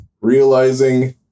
realizing